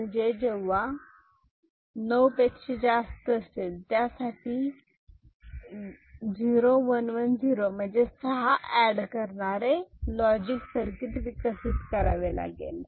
म्हणजे जेव्हा 9 पेक्षा जास्त असेल त्यासाठी 0110 ऍड करणारे लॉजिक सर्किट विकसित करावे लागेल